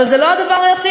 אבל זה לא הדבר היחיד,